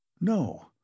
No